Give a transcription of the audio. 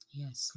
yes